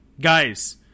guys